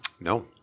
No